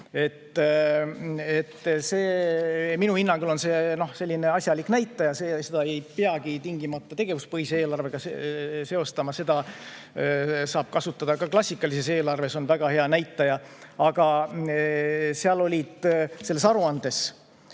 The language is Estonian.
Minu hinnangul on see asjalik näitaja, mida ei peagi tingimata tegevuspõhise eelarvega seostama. Seda saab kasutada ka klassikalises eelarves, see on väga hea näitaja. Aga selles aruandes